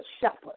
shepherd